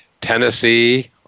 Tennessee